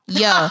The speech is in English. yo